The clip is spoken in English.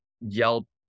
Yelp